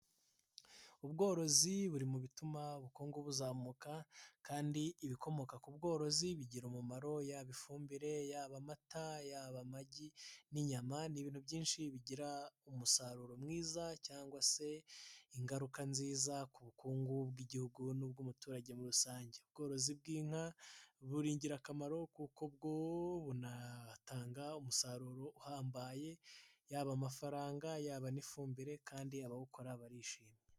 Ubworozi buri mu bituma ubukungu buzamuka kandi ibikomoka ku bworozi bigira umumaro, yaba ifumbire, yaba amata, yaba amagi n'inyama. Ni ibintu byinshi bigira umusaruro mwiza cyangwa se ingaruka nziza ku bukungu bw'igihugu n'ubw'umuturage muri rusange, ubworozi bw'inka buri ingirakamaro kuko bwo bunatanga umusaruro uhambaye, yaba amafaranga, yaba n'ifumbire kandi abawukora barishima.